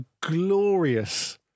glorious